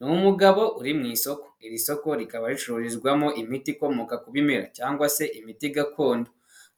Ni umugabo uri mu isoko, iri soko rikaba ricururizwamo imiti ikomoka ku bimera cyangwa se imiti gakondo,